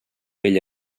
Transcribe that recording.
bell